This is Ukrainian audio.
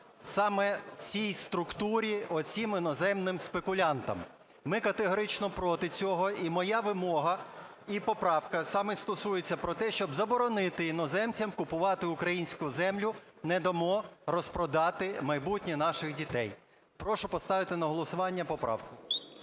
саме цій структурі, оцим іноземним спекулянтам. Ми категорично проти цього. І моя вимога, і поправка саме стосується про те, щоб заборонити іноземцям купувати українську землю. Не дамо розпродати майбутнє наших дітей. Прошу поставити на голосування поправку.